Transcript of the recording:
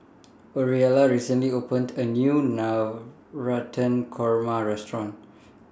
Orelia recently opened A New Navratan Korma Restaurant